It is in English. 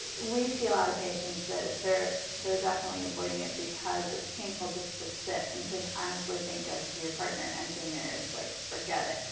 we see a lot of patients that they're they're definitely avoiding it because it's painful just to sit and to honestly think of your partner entering there is like, forget it.